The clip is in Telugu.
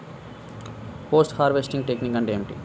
పోస్ట్ హార్వెస్టింగ్ టెక్నిక్ అంటే ఏమిటీ?